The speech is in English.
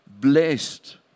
blessed